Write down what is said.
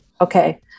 Okay